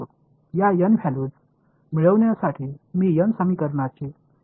या N values मिळवण्यासाठी मी n समीकरणांची एक सिस्टम सोडवित आहे